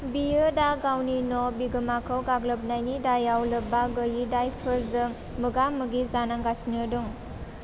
बियो दा गावनि न' बिगोमाखौ गाग्लोबनायनि दायआव लोब्बा गैयि दायफोरजों मोगा मोगि जानांगासिनो दं